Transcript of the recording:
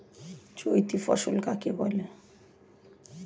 চৈতি ফসল কাকে বলে?